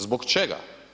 Zbog čega?